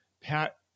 Pat